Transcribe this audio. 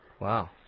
Wow